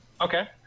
Okay